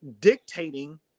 dictating